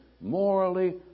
morally